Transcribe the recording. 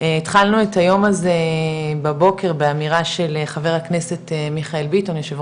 התחלנו את היום הזה בבוקר באמירה של חבר הכנסת מיכאל ביטון יושב